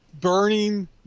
burning